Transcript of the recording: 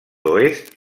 oest